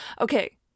Okay